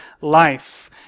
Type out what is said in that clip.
life